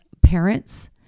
parents